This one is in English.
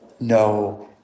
no